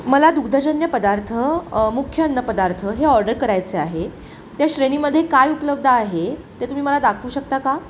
मला दुग्धजन्य पदार्थ मुख्य अन्न पदार्थ हे ऑडर करायचे आहे त्या श्रेणीमध्ये काय उपलब्ध आहे ते तुम्ही मला दाखवू शकता का